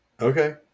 Okay